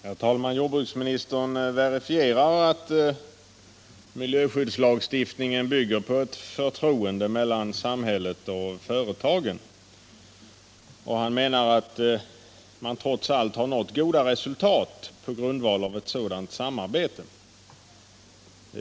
Herr talman! Jordbruksministern verifierar att miljöskyddslagstiftning bygger på ett förtroende mellan samhället och företagen och menar att man trots allt har nått goda resultat på grundval av ett sådant samarbete.